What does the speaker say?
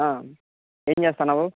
ఏం చేస్తున్నావు